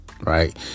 right